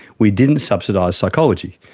we didn't subsidise psychology.